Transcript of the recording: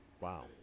wow